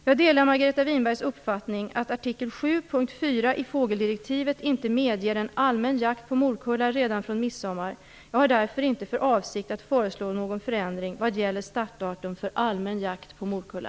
Jag delar Margareta Winbergs uppfattning att artikel 7 punkt 4 i fågeldirektivet inte medger en allmän jakt på morkulla redan från midsommar. Jag har därför inte för avsikt att föreslå någon förändring vad gäller startdatum för allmän jakt på morkulla.